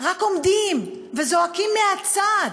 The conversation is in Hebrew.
רק עומדים וזועקים מהצד,